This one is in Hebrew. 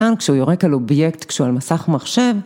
כשהוא יורק על אובייקט כשהוא על מסך מחשב.